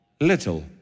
little